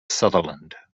sutherland